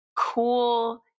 cool